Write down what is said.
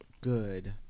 Good